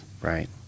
Right